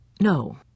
No